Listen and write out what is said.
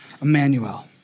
Emmanuel